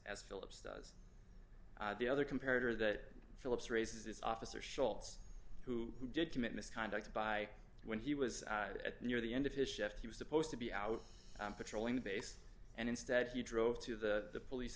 as phillips does the other compared or that phillips raises this officer schultz who did commit misconduct by when he was at near the end of his shift he was supposed to be out patrolling the base and instead he drove to the police